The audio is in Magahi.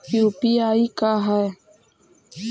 यु.पी.आई का है?